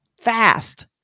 fast